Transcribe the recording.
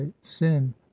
sin